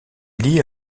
lie